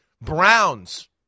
Browns